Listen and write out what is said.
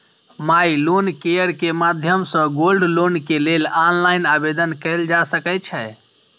माइ loan care के माध्यम सं गोल्ड लोन के लेल ऑनलाइन आवेदन कैल जा सकै छै